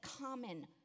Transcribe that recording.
common